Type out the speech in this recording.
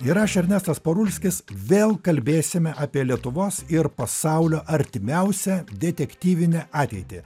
ir aš ernestas parulskis vėl kalbėsime apie lietuvos ir pasaulio artimiausią detektyvinę ateitį